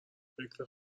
فکر